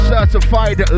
Certified